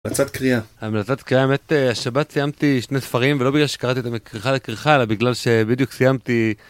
המלצת קריאה. המלצת קריאה. האמת, השבת סיימתי שני ספרים, ולא בגלל שקראתי אותם מכריכה לכריכה, אלא בגלל שבדיוק סיימתי.